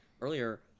earlier